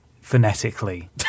phonetically